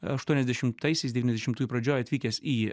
aštuoniasdešimtaisiais devyniasdešimtųjų pradžioj atvykęs į